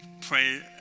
pray